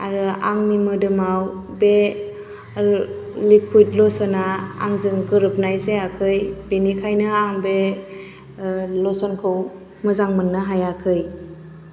आरो आंनि मोदोमाव बे लिकुविड लसोन आ आंजों गोरोबनाय जायाखै बेनिखायनो आं बे खौ मोजां मोननो हायाखै